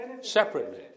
separately